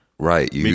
Right